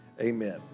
Amen